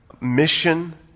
mission